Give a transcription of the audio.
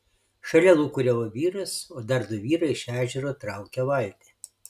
šalia lūkuriavo vyras o dar du vyrai iš ežero traukė valtį